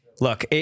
Look